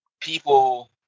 people